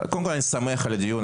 קודם כל אני שמח על קיום הדיון הזה,